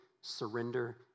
surrender